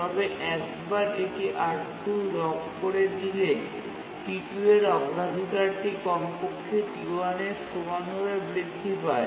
তবে একবার এটি R2 লক করে দিলে T2 এর অগ্রাধিকারটি কমপক্ষে T1 এর সমানভাবে বৃদ্ধি পায়